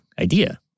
idea